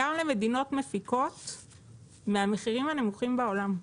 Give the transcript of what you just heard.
גם למדינות מפיקות אנחנו בין המחירים הנמוכים בעולם.